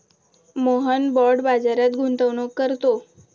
Mohan bond बाजारात गुंतवणूक करतो